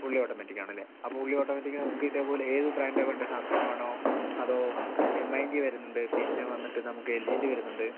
fully ഓട്ടോമാറ്റിക്കാണല്ലേ അപ്പോൾ fully automatic നമുക്കിതേപോലെ ഏത് ബ്രാൻ്റാണ് വേണ്ടത് സാംസങ്ങ് വേണോ അതോ എം ഐൻ്റെ വരുന്നുണ്ട് പിന്നെ വന്നിട്ട് നമുക്ക് എൽ ജിൻ്റെ വരുന്നുണ്ട്